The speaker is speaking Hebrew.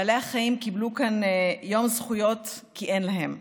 בעלי החיים קיבלו כאן יום זכויות כי אין להם,